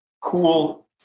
cool